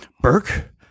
Burke